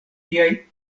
tiaj